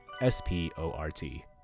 S-P-O-R-T